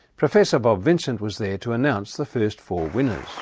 professor bob vincent was there to announce the first four winners.